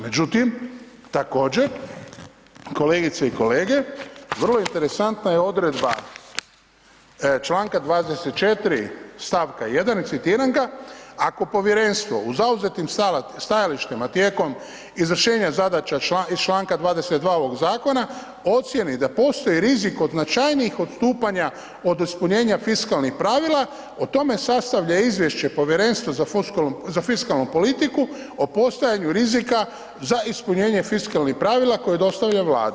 Međutim, također kolegice i kolege, vrlo interesantna je odredba članka 24. stavka 1. citiram ga: „Ako Povjerenstvo u zauzetim stajalištima tijekom izvršenja zadaća iz članka 22. ovog Zakona ocijeni da postoji rizik od značajnijih odstupanja od ispunjenja fiskalnih pravila o tome sastavlja izvješće Povjerenstvo za fiskalnu politiku o postojanju rizika za ispunjenje fiskalnih pravila koje dostavlja Vladi.